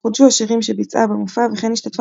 חודשו השירים שביצעה במופע וכן השתתפה